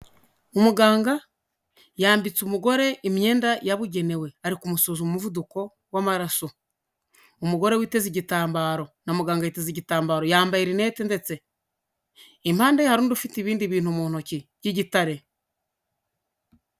Umuganga yambitse umugore imyenda yabugenewe, ari ku musuzuma umuvuduko w'amaraso. Umugore witeze igitambaro na muganga yiteze igitambaro, yambaye rinete ndetse, impande ye hari undi ufite ibindi bintu mu ntoki by'igitare.